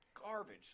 Garbage